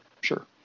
sure